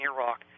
Iraq